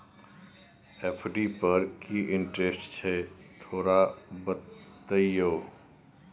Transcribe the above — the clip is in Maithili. एफ.डी पर की इंटेरेस्ट छय थोरा बतईयो?